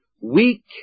weak